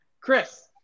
Chris